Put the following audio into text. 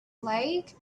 like